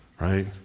Right